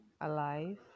alive